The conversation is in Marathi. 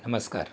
नमस्कार